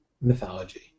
mythology